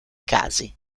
casi